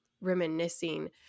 reminiscing